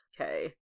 okay